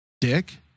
Dick